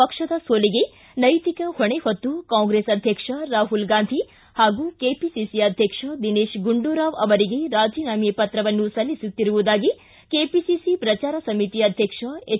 ಪಕ್ಷದ ಸೋಲಿಗೆ ನೈತಿಕ ಹೊಣೆ ಹೊತ್ತು ಕಾಂಗ್ರೆಸ್ ಅಧ್ಯಕ್ಷ ರಾಮಲ್ ಗಾಂಧಿ ಹಾಗೂ ಕೆಪಿಸಿಸಿ ಆಧ್ಯಕ್ಷ ದಿನೇಶ್ ಗುಂಡೂರಾವ್ ಅವರಿಗೆ ರಾಜೀನಾಮೆ ಪತ್ರವನ್ನು ಸಲ್ಲಿಸುತ್ತಿರುವುದಾಗಿ ಕೆಪಿಸಿಸಿ ಪ್ರಚಾರ ಸಮಿತಿ ಅಧ್ಯಕ್ಷ ಎಚ್